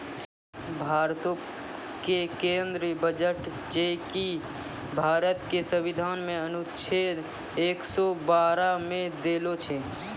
भारतो के केंद्रीय बजट जे कि भारत के संविधान मे अनुच्छेद एक सौ बारह मे देलो छै